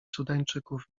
sudańczyków